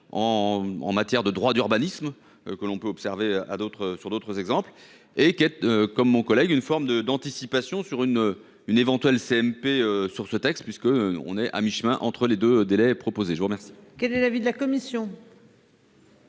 en matière de droits d'urbanisme que l'on peut observer à d'autres sur d'autres exemples et Kate comme mon collègue, une forme de d'anticipation sur une une éventuelle CMP sur ce texte puisque on est à mi-chemin entre les deux délai proposé jour. Quel est l'avis de la commission.